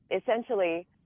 essentially